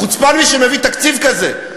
חוצפן מי שמביא תקציב כזה,